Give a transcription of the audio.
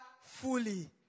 fully